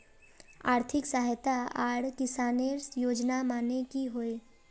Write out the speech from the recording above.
आर्थिक सहायता आर किसानेर योजना माने की होय?